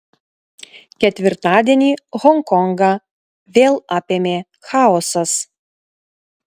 ketvirtadienį honkongą vėl apėmė chaosas